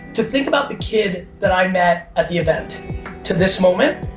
to think about the kid that i met at the event to this moment,